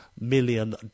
million